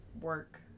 work